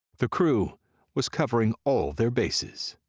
the crew was covering all their bases.